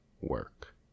work